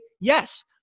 Yes